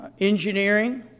engineering